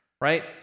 Right